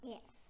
Yes